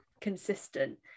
consistent